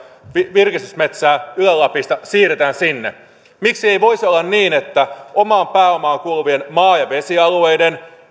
virkistysmetsää ylä lapista siirretään sinne miksi ei voisi olla niin että omaan pääomaan kuuluvat maa ja vesialueet